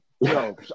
Yo